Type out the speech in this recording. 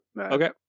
okay